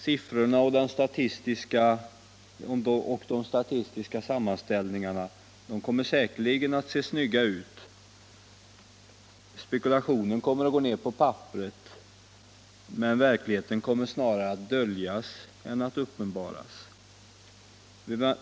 Siffrorna och de statistiska sammanställningarna kommer säkerligen att se snygga ut, spekulationen kommer att gå ned på papperet, men verkligheten kommer snarare att döljas än uppenbaras.